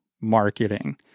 marketing